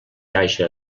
haja